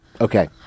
Okay